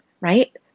right